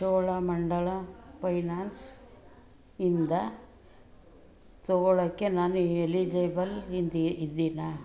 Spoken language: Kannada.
ಚೋಳಮಂಡಳ ಫೈನಾನ್ಸ್ ಇಂದ ತೊಗೊಳ್ಳೋಕ್ಕೆ ನಾನು ಎಲಿಜೆಬಲ್ ಇದ್ದಿ ಇದ್ದೇನಾ